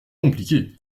compliqué